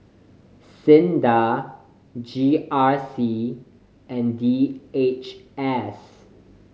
SINDA G R C and D H S